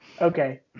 Okay